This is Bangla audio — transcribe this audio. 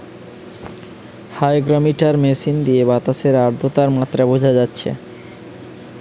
হাইগ্রমিটার মেশিন দিয়ে বাতাসের আদ্রতার মাত্রা বুঝা যাচ্ছে